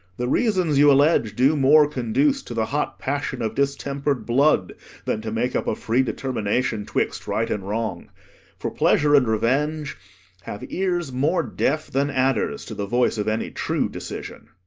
the reasons you allege do more conduce to the hot passion of distemp'red blood than to make up a free determination twixt right and wrong for pleasure and revenge have ears more deaf than adders to the voice of any true decision.